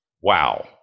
Wow